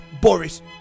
Boris